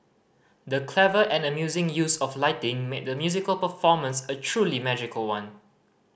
the clever and amazing use of lighting made the musical performance a truly magical one